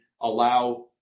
allow